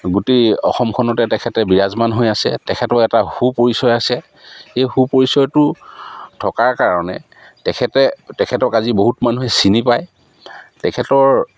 গোটেই অসমখনতে তেখেতে বিৰাজমান হৈ আছে তেখেতৰ এটা সুপৰিচয় আছে সেই সুপৰিচয়টো থকাৰ কাৰণে তেখেতে তেখেতক আজি বহুত মানুহে চিনি পায় তেখেতৰ